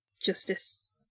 justice